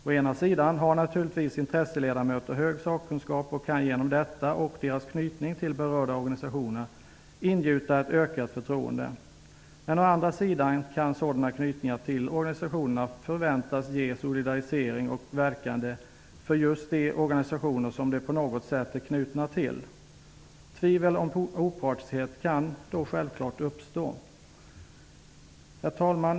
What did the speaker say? Å ena sidan har naturligtvis intresseledamöter hög sakkunskap och kan genom detta och sin knytning till berörda organisationer ingjuta ett ökat förtroende. Men å andra sidan kan sådana knytningar till organisationerna förväntas ge solidarisering med och verkande för just de organisationer som de på något sätt är knutna till. Tvivel om opartiskhet kan då självfallet uppstå. Herr talman!